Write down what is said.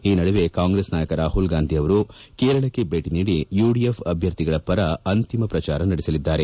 ಈ ನಡುವೆ ಕಾಂಗ್ರೆಸ್ ನಾಯಕ ರಾಹುಲ್ ಗಾಂಧಿ ಅವರು ಕೇರಳಕ್ಕೆ ಭೇಟಿ ನೀಡಿ ಯುಡಿಎಫ್ ಅಭ್ಯರ್ಥಿಗಳ ಪರ ಅಂತಿಮ ಪ್ರಜಾರ ನಡೆಸಲಿದ್ದಾರೆ